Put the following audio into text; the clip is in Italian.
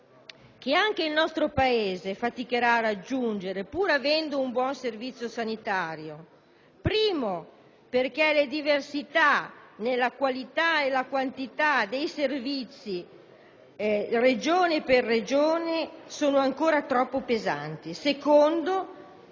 che anche il nostro Paese faticherà a raggiungere, pur avendo un buon Servizio sanitario, in primo luogo perché le diversità nella qualità e nella quantità dei servizi, Regione per Regione, sono ancora troppo pesanti; in secondo